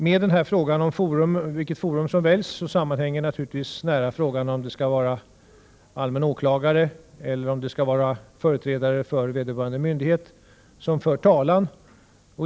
Med frågan om vilket forum som väljs sammanhänger naturligtvis frågan om det skall vara allmän åklagare eller om det skall vara företrädare för vederbörande myndighet som för talan.